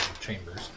chambers